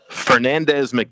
Fernandez